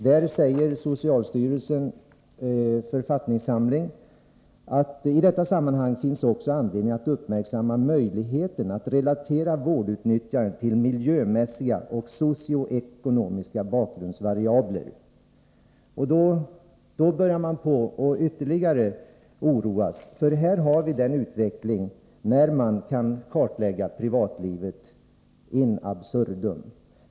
Det sägs i socialstyrelsens författningssamling: ”I detta sammanhang finns också anledning att uppmärksamma möjligheten att relatera vårdutnyttjandet till miljömässiga och socioekonomiska bakgrundsvariabler.” Då börjar man att ytterligare oroas, därför att här har vi utvecklingen mot en kartläggning av privatlivet in absurdum.